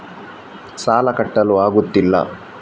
ಸಾಲ ಕಟ್ಟಲು ಆಗುತ್ತಿಲ್ಲ